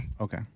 Okay